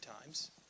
times